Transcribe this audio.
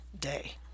day